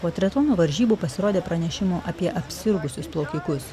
po triatlono varžybų pasirodė pranešimų apie apsirgusius plaukikus